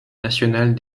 nationale